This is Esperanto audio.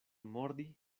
mordi